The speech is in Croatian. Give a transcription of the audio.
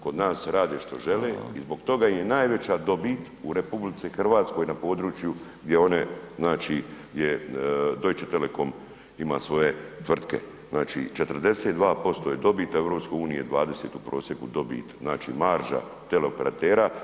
Kod nas rade što žele i zbog toga im je najveća dobit u RH na području gdje one gdje Deutsche Telecom ima svoje tvrtke, znači 42% je dobit EU, 20% u prosjeku dobit znači marža teleoperatera.